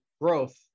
growth